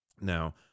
Now